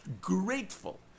grateful